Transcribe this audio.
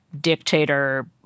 dictator